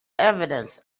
evidence